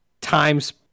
times